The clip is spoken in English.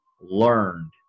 learned